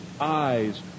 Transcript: eyes